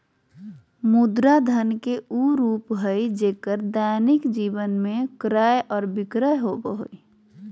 मुद्रा धन के उ रूप हइ जेक्कर दैनिक जीवन में क्रय और विक्रय होबो हइ